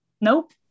Nope